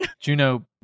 Juno